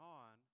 on